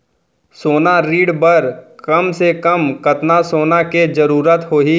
सोना ऋण बर कम से कम कतना सोना के जरूरत होही??